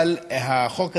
אבל החוק הזה,